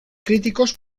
críticos